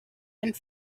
and